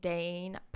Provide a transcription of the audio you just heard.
Dane